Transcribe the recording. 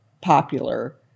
popular